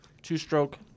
Two-stroke